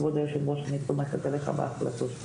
כבוד היו"ר אני סומכת עליך בהחלטות.